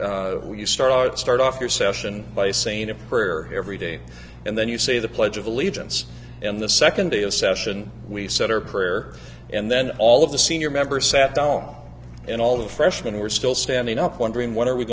you start start off your session by saying a prayer every day and then you say the pledge of allegiance and the second day of session we said our prayer and then all of the senior members sat down and all the freshmen were still standing up wondering what are we